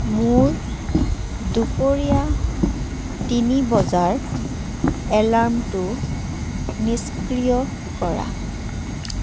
মোৰ দুপৰীয়া তিনি বজাৰ এলাৰ্মটো নিষ্ক্ৰিয় কৰা